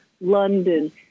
London